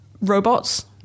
Robots